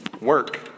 work